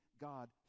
God